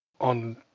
on